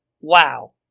Wow